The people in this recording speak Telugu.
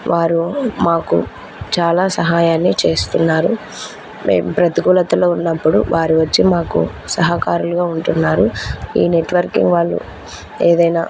వారు మాకు చాలా సహాయాన్ని చేస్తున్నారు మేము ప్రతికూలతలో ఉన్నప్పుడు వారు వచ్చి మాకు సహాయకంగా ఉంటున్నారు ఈ నెట్వర్కింగ్ వాళ్ళు ఏదైనా